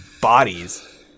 bodies